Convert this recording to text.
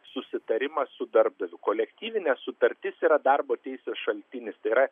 susitarimas su darbdaviu kolektyvinė sutartis yra darbo teisės šaltinis yra